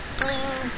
blue